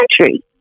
country